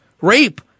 rape